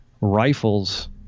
rifles